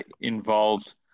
involved